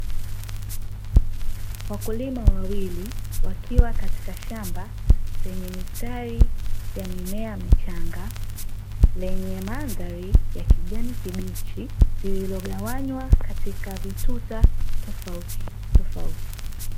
Wakulima wawili wakiwa katika shamba lenye mistari ya mimea michanga yenye madhari ya kijani kibichi lililogawanywa katika vituta tofauti tofauti.